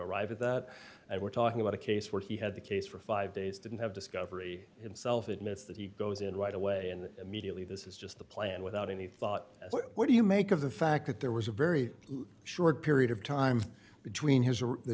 arrive at that and we're talking about a case where he had the case for five days didn't have discovery himself admits that he goes in right away and immediately this is just the plan without any thought what do you make of the fact that there was a very short period of time between his